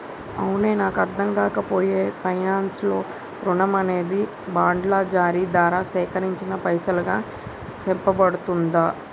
అవునే నాకు అర్ధంకాక పాయె పైనాన్స్ లో రుణం అనేది బాండ్ల జారీ దారా సేకరించిన పైసలుగా సెప్పబడుతుందా